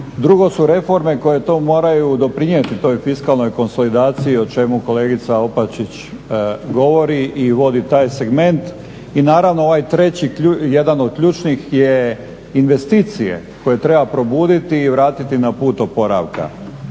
Drugo su reforme koje to moraju doprinijeti toj fiskalnoj konsolidaciji o čemu kolegica Opačić govori i vodi taj segment. I naravno ovaj treći, jedan od ključnih je investicije koje treba probuditi i vratiti na put oporavka.